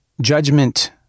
judgment